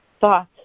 thoughts